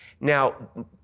Now